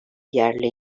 yerli